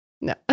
No